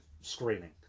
screening